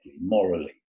morally